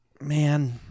man